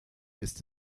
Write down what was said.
ist